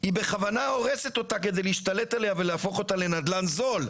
היא בכוונה הורסת אותה כדי להשתלט עליה ולהפוך אותה לנדל"ן זול.